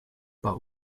but